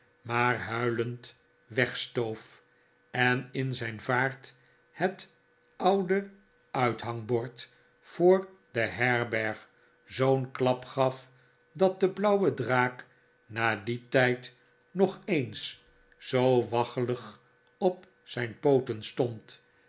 maar huilend wegstoof en in zijn vaart het oude uithangbord voor de herberg zoo'n klap gaf dat de blauwe draak na dien tijd nog eens zoo waggelig op zijn pooten stond